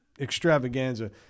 extravaganza